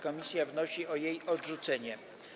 Komisja wnosi o jej odrzucenie.